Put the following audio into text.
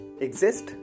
exist